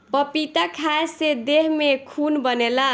पपीता खाए से देह में खून बनेला